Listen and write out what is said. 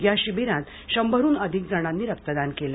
या शिबीरात शंभरहन अधिक जणांनी रक्तदान केले